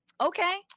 Okay